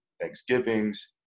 Thanksgivings